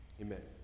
Amen